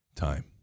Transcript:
time